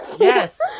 Yes